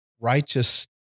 righteous